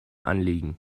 anliegen